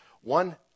One